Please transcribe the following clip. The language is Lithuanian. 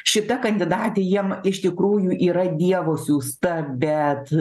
šita kandidatė jiem iš tikrųjų yra dievo siųsta bet